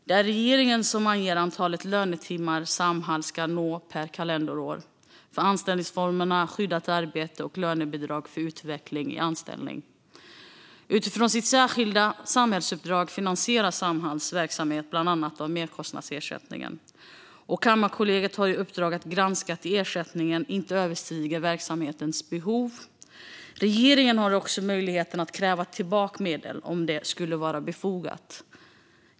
Det är regeringen som anger det antal lönetimmar som Samhall ska nå per kalenderår för anställningsformerna skyddat arbete och lönebidrag för utveckling i anställning. Utifrån sitt särskilda samhällsuppdrag finansieras Samhalls verksamhet bland annat av merkostnadsersättningen, och Kammarkollegiet har i uppdrag att granska att ersättningen inte överstiger verksamhetens behov. Regeringen har också möjlighet att kräva tillbaka medel om det skulle vara befogat.